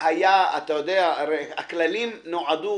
הרי הכללים נועדו,